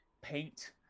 paint